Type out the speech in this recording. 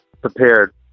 prepared